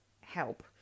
help